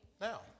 Now